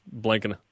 blanking